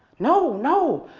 no! no!